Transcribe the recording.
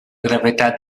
gravetat